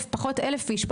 פחות אלף איש,